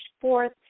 fourth